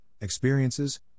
experiences